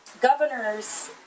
governor's